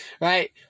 right